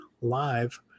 Live